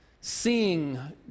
seeing